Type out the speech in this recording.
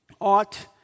ought